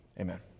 Amen